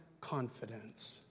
confidence